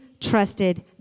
trusted